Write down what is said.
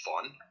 fun